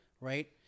Right